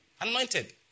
anointed